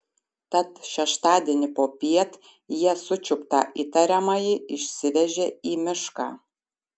tad šeštadienį popiet jie sučiuptą įtariamąjį išsivežė į mišką